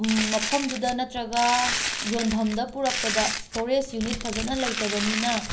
ꯃꯐꯝꯗꯨꯗ ꯅꯠꯇ꯭ꯔꯒ ꯌꯣꯟꯐꯝꯗ ꯄꯨꯔꯛꯄꯗ ꯁ꯭ꯇꯣꯔꯦꯖ ꯌꯨꯅꯤꯠ ꯐꯖꯅ ꯂꯩꯇꯕꯅꯤꯅ